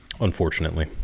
Unfortunately